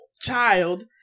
child